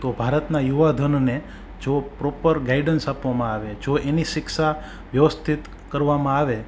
તો ભારતના યુવા ધનને જો પ્રોપર ગાઈડન્સ આપવામાં આવે જો એને શિક્ષા વ્યવસ્થિત કરવામાં આવે